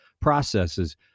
processes